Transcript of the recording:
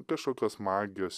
kašokios magijos